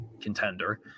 contender